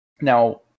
Now